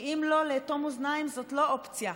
כי אם לא, לאטום אוזניים זה לא אופציה.